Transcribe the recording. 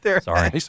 Sorry